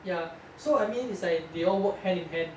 ya so I mean they all work hand in hand